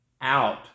out